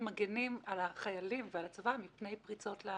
מגנים על החילים ועל הצבא מפני פריצות?